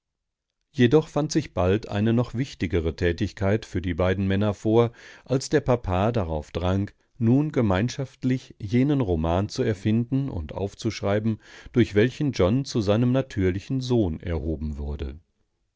jedoch fand sich bald eine noch wichtigere tätigkeit für die beiden männer vor als der papa darauf drang nun gemeinschaftlich jenen roman zu erfinden und aufzuschreiben durch welchen john zu seinem natürlichen sohn erhoben wurde